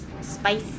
spice